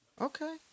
Okay